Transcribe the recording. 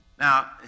Now